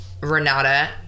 Renata